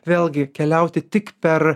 vėlgi keliauti tik per